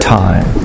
time